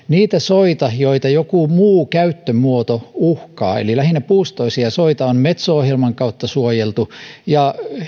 niitä soita joita joku muu käyttömuoto uhkaa eli lähinnä puustoisia soita on metso ohjelman kautta suojeltu ja